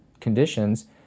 conditions